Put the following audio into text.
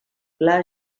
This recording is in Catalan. pla